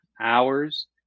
hours